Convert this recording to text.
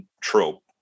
trope